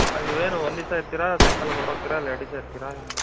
ಅಲ್ಲ ನೀವೇನು ಒಂದು ದಿವ್ಸ ಇರ್ತೀರಾ ಸಾಯಂಕಾಲಕ್ಕೆ ಹೋರ್ಟೋಗ್ತೀರ ಅಲ್ಲ ಎರಡು ದಿವಸ ಇರ್ತೀರಾ